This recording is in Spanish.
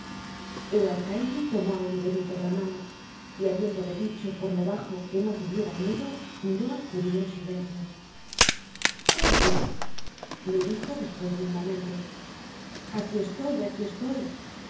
el alcaide tomó á oliverio por la mano y habiéndole dicho por lo bajo que no tuviera miedo miró al judio en silencio fagin le dijo despues de un momento aqui estoy aqui estoy